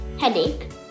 headache